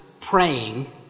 praying